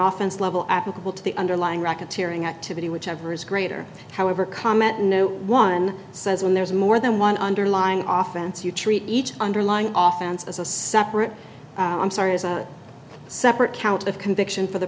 office level applicable to the underlying racketeering activity whichever is greater however comment no one says when there's more than one underlying often so you treat each underlying off as a separate i'm sorry is a separate count of conviction for the